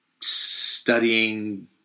studying